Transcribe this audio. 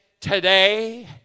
today